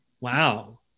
Wow